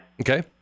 Okay